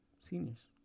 seniors